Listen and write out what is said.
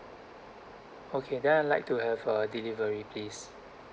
okay then I'd like to have a delivery please